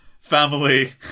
family